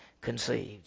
conceived